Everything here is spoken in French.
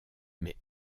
mais